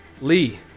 Lee